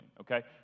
okay